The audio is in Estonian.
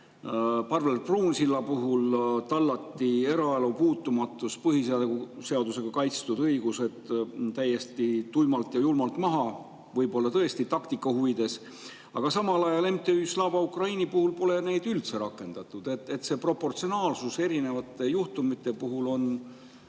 Parvel Pruunsilla puhul tallati eraelu puutumatus, põhiseadusega kaitstud õigused täiesti tuimalt ja julmalt maha, võib-olla tõesti taktika huvides, aga samal ajal MTÜ Slava Ukraini puhul pole midagi sellist üldse rakendatud. Selline proportsionaalsus erinevate juhtumite puhul on